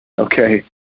Okay